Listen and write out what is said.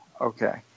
Okay